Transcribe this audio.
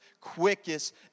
quickest